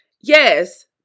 Yes